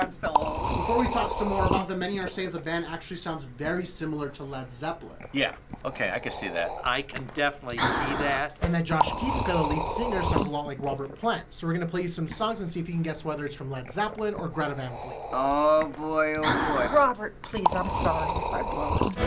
um so old. before we talk some more about them, many are saying the band actually sounds very similar to led zeppelin. yeah. okay, i can see that. i can definitely see that. and that josh kiszka, the lead singer, sounds a lot like robert plant. so we're gonna play you some songs, and see if you can guess whether it's from led zeppelin or greta van fleet. oh boy, oh boy. robert, please, i'm sorry if i blow it.